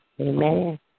Amen